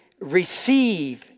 receive